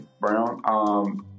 Brown